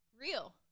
real